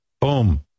boom